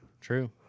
True